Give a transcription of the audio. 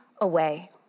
away